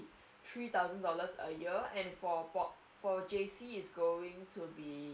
three thousand dollars a year and for for for J_C is going to be